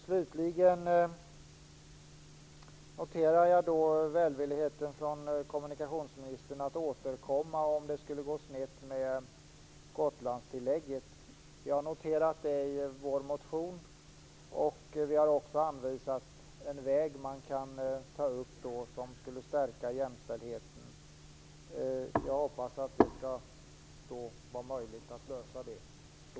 Slutligen noterar jag välvilligheten från kommunikationsministern att återkomma om det skulle gå snett med avvecklingen av Gotlandstillägget. Vi har noterat det i vår motion. Vi har också anvisat en väg som skulle stärka jämställdheten. Jag hoppas att det skall vara möjligt att lösa det så.